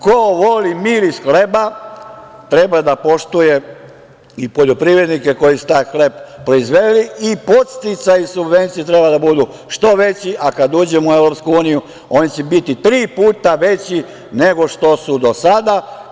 Ko voli miris hleba treba da poštuje i poljoprivrednike koji su taj hleb proizveli i podsticaji subvencija treba da budu što veći, a kada uđemo u EU oni će biti tri puta veći nego što su do sada.